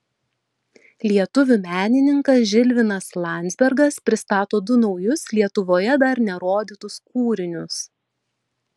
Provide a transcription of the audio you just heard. lietuvių menininkas žilvinas landzbergas pristato du naujus lietuvoje dar nerodytus kūrinius